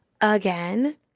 again